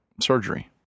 surgery